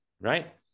Right